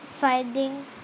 finding